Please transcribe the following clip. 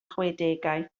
chwedegau